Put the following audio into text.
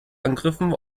angriffen